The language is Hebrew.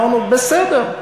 אמרנו: בסדר,